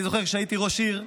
אני זוכר שכשהייתי ראש עיר,